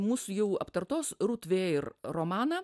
mūsų jau aptartos rut veir romaną